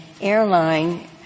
airline